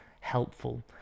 helpful